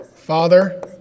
Father